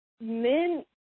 men